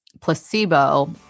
Placebo